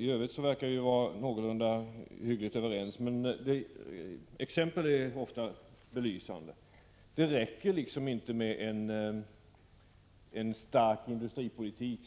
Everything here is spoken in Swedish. I övrigt verkar vi vara någorlunda överens. Exempel är ofta belysande: Det räcker inte med en stark industripolitik,